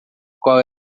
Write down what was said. qual